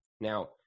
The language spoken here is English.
Now